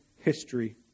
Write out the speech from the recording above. history